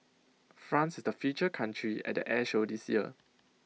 France is the feature country at the air show this year